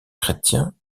chrétien